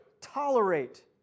tolerate